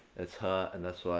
it's her and that's why.